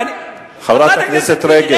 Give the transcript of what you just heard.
חברת הכנסת רגב.